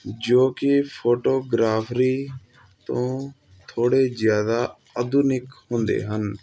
ਜੋ ਕਿ ਫੋਟੋਗ੍ਰਾਫਰੀ ਤੋਂ ਥੋੜ੍ਹੇ ਜ਼ਿਆਦਾ ਆਧੁਨਿਕ ਹੁੰਦੇ ਹਨ